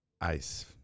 ice